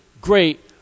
great